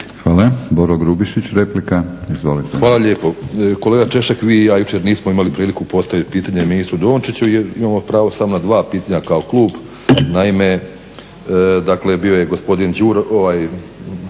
Izvolite. **Grubišić, Boro (HDSSB)** Hvala lijepo. Kolega Češek vi i ja jučer nismo imali priliku postaviti pitanje ministru Dončiću jer imamo pravo samo na dva pitanja kao klub. Naime, dakle bio je gospodin